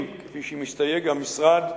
כפי שמסתייג המשרד,